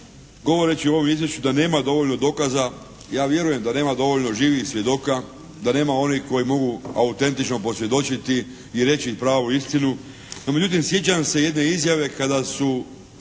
govoreći o ovom izvješću da nema dovoljno dokaza, ja vjerujem da nema dovoljno živih svjedoka, da nema onih koji mogu autentično posvjedočiti i reći pravu istinu. No međutim, sjećam se jedne izjave kada su